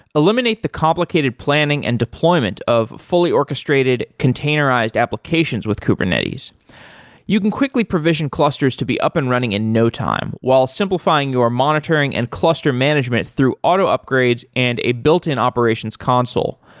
eliminate the complicated complicated planning and deployment of fully orchestrated containerized applications with kubernetes you can quickly provision clusters to be up and running in no time, while simplifying your monitoring and cluster management through auto upgrades and a built-in operations console.